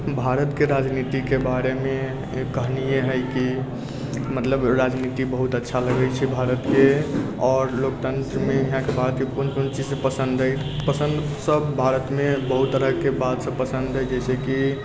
भारतके राजनीतिके बारेमे एक कहानी ई हइ कि मतलब राजनीति बहुत अच्छा लगै छै भारतके आओर लोकतन्त्रमे यहाँके बाकी कोन कोन चीजसब पसन्द अइ पसन्द सब भारतमे बहुत तरहके बातसब पसन्द अइ जइसे कि